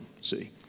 See